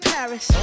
Paris